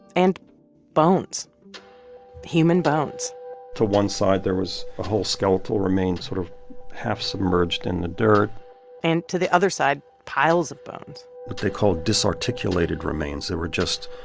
and bones human bones to one side, there was a whole skeletal remain sort of half-submerged in the dirt and to the other side, piles of bones what they call disarticulated remains. they were just,